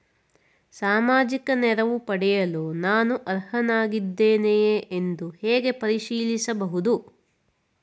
ಸಾಮಾಜಿಕ ನೆರವು ಪಡೆಯಲು ನಾನು ಅರ್ಹನಾಗಿದ್ದೇನೆಯೇ ಎಂದು ಹೇಗೆ ಪರಿಶೀಲಿಸಬಹುದು?